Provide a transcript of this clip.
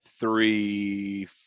three